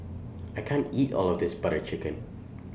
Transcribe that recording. I can't eat All of This Butter Chicken